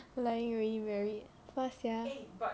lai ying already married fast [sial]